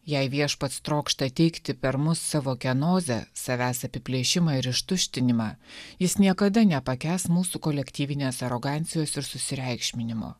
jei viešpats trokšta teikti per mus savo kenozę savęs apiplėšimą ir ištuštinimą jis niekada nepakęs mūsų kolektyvinės arogancijos ir susireikšminimo